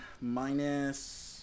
minus